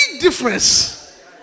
difference